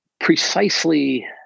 precisely